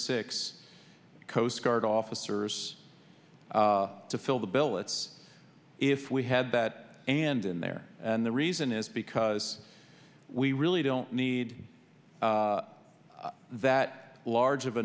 six coast guard officers to fill the billets if we had that hand in there and the reason is because we really don't need that large of a